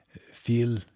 feel